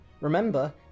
Remember